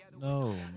No